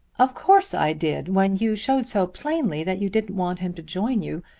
of course i did when you showed so plainly that you didn't want him to join you.